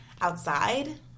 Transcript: outside